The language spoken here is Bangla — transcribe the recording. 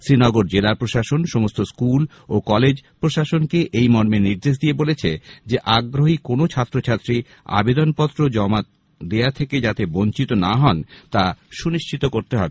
শ্রীনগর জেলা প্রশাসন সমস্ত স্কুল ও কলেজ প্রশাসনকে এই মর্মে নির্দেশ দিয়ে বলেছে যে আগ্রহী কোনও ছাত্র ছাত্রী আবেদন পত্র জমা দেওয়া থেকে যাতে বঞ্চিত না হন তা সুনিশ্চিত করতে হবে